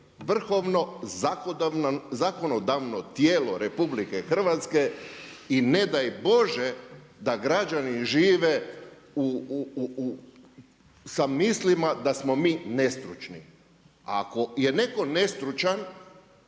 vrhovno zakonodavno tijelo RH i ne daj Bože da građani žive sa mislima da smo mi nestručni. Ako je netko nestručan,